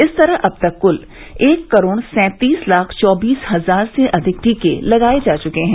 इस तरह अब तक कुल एक करोड़ सैंतीस लाख चौबीस हजार से अधिक टीके लगाए जा चुके हैं